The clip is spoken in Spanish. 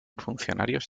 funcionarios